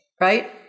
right